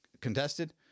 contested